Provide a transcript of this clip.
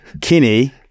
Kinney